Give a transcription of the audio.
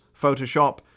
Photoshop